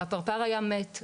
והפרפר היה מת.